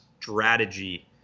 strategy